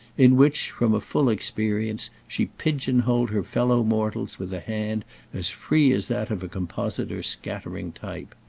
in which, from a full experience, she pigeon-holed her fellow mortals with a hand as free as that of a compositor scattering type.